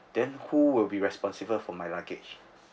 then who will be responsible for my luggage